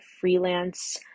freelance